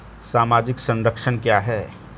सामाजिक संरक्षण क्या है?